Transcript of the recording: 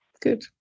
Good